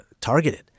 targeted